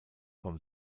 vom